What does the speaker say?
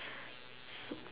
s~